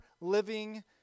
living